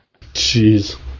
Jeez